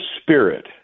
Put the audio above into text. spirit